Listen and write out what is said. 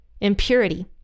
Impurity